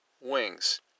wings